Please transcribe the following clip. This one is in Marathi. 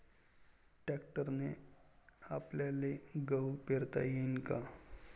ट्रॅक्टरने आपल्याले गहू पेरता येईन का?